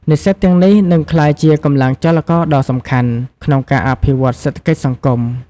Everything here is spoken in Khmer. និស្សិតទាំងនេះនឹងក្លាយជា កម្លាំងចលករដ៏សំខាន់ ក្នុងការអភិវឌ្ឍន៍សេដ្ឋកិច្ចសង្គម។